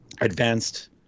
advanced